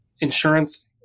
insurance